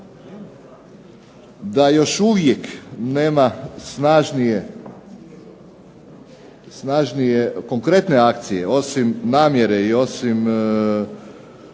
da još uvijek nema snažnije konkretne akcije osim namjere i osim